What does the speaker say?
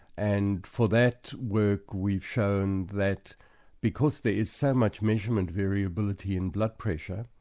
and for that work we've shown that because there is so much measurement variability in blood pressure,